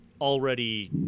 already